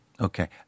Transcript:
Okay